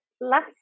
last